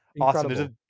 awesome